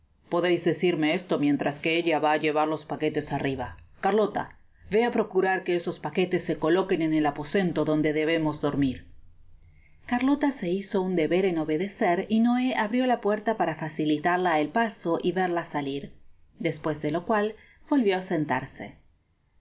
podeis decirme esto mientras que ella va á llevar los paquetes arriba carlota véá procurar que esos paquetes se coloquen en el aposento donde debemos dormir carlota se hizo un deber en obodecer y noé abrió la puerta para facilitarla el paso y verla salir despues de lo cual volvió á sentarse